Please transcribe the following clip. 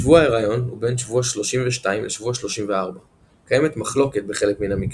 שבוע ההריון הוא בין שבוע 32 לשבוע 34 - קיימת מחלוקת בחלק מן המקרים.